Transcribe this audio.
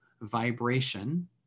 vibration